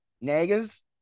Nagas